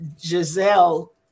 Giselle